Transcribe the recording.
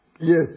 Yes